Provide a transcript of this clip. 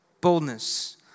Boldness